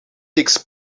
takes